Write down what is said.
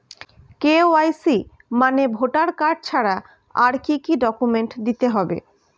KYC মানে voter card ছাড়া আর কি কি ডকুমেন্ট দিতে হবে?